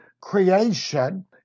creation